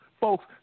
Folks